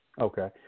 Okay